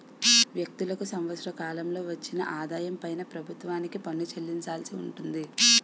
వ్యక్తులకు సంవత్సర కాలంలో వచ్చిన ఆదాయం పైన ప్రభుత్వానికి పన్ను చెల్లించాల్సి ఉంటుంది